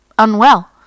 unwell